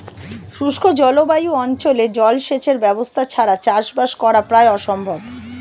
শুষ্ক জলবায়ু অঞ্চলে জলসেচের ব্যবস্থা ছাড়া চাষবাস করা প্রায় অসম্ভব